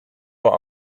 what